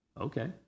okay